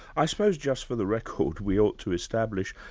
i suppose just for the record, we ought to establish.